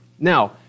Now